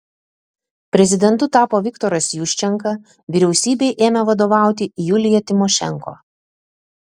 prezidentu tapo viktoras juščenka vyriausybei ėmė vadovauti julija timošenko